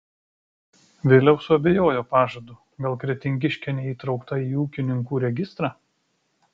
vėliau suabejojo pažadu gal kretingiškė neįtraukta į ūkininkų registrą